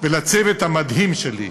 ולצוות המדהים שלי: